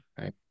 right